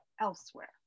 elsewhere